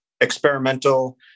experimental